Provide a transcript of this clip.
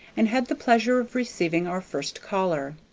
and had the pleasure of receiving our first caller.